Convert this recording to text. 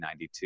1992